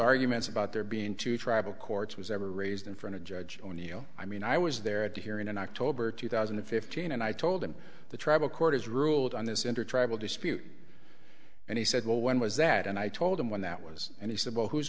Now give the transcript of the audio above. arguments about there being two tribal courts was ever raised in front of judge o'neil i mean i was there at the hearing in october two thousand and fifteen and i told him the tribal court has ruled on this intertribal dispute and he said well when was that and i told him when that was and he said well who's